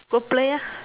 go play lah